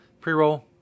Pre-roll